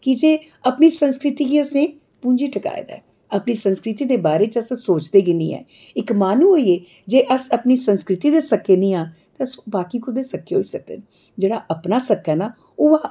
की जे अपनी संस्कृति गी असें पूंझी टकाए दा ऐ अपनी संस्कृति दे बारे च असें सोचदे गै निं ऐ इक माहनू होइयै जे अस अपने संस्कृति दे सक्के नेईं आं ते अस बाकी कोह्दे सक्के होई सकने जेह्ड़ा अपना सक्का ना ओह्